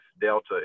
Delta